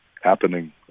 happening